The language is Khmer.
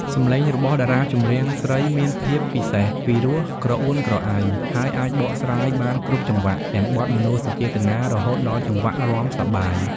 សំឡេងរបស់តារាចម្រៀងស្រីមានភាពពិសេស ពីរោះក្រអួនក្រអៅ ហើយអាចបកស្រាយបានគ្រប់ចង្វាក់ ទាំងបទមនោសញ្ចេតនា រហូតដល់ចង្វាក់រាំសប្បាយ។